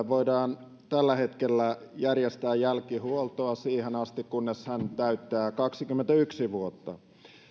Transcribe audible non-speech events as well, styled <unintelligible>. <unintelligible> voidaan tällä hetkellä järjestää jälkihuoltoa siihen asti kunnes hän täyttää kaksikymmentäyksi vuotta